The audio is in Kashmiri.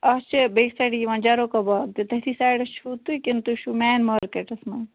اَتھ چھا بیٚکہِ سایڈٕ یِوان باغ تہِ تٔتھی سایڈس چھُو کِنۍ تُہۍ چھُو مین مارکٮ۪ٹس منٛز